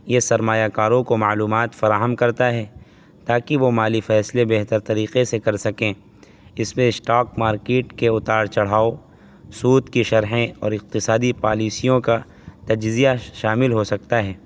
یہ سرمایہ کاروں کو معلومات فراہم کرتا ہے تاکہ وہ مالی فیصلے بہتر طریقے سے کر سکیں اس میں اسٹاک مارکیٹ کے اتار چڑھاؤ سود کی شرحیں اور اقتصادی پالیسیوں کا تجزیہ شامل ہو سکتا ہے